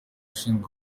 ushinzwe